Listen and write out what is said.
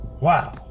Wow